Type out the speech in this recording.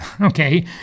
okay